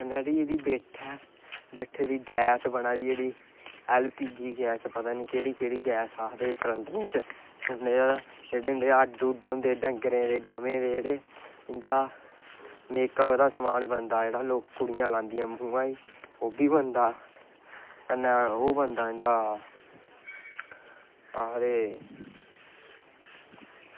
कन्नै एह्दी जेह्ड़ी बिठ ऐ बिठ दी गैस बना'रदी जेह्ड़ी ऐल्ल पी जी गैस पता निं केह्ड़ी केह्ड़ी गैस आखदे सिलैंडरें च जेह्ड़े हड्ड हुड्ड होंदे डंगरें दे गवें दे इं'दा मेकअप दा समान बनदा एह्दा कुड़ियां लांदियां मुहां गी ओह् बी बनदा कन्नै ओह् बनदा इं'दा आखदे